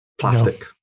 Plastic